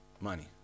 money